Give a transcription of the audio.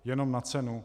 Jenom na cenu.